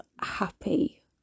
happy